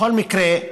בכל מקרה,